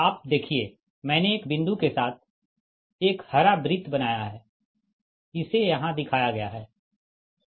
आप देखिए मैंने एक बिंदु के साथ एक हरा वृत बनाया है इसे यहाँ दिखाया गया है